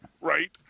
right